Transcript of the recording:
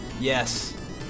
yes